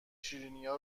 شیرینیا